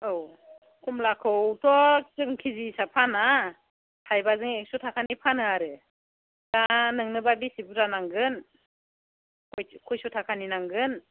औ कमलाखौथ' जों किजि हिसाब फाना थायबाजों एक्स' थाखानि फानो आरो दा नोंनोबा बेसे बुरजा नांगोन खसथा कयस' थाखानि नांगोन